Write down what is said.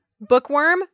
Bookworm